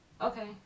Okay